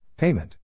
Payment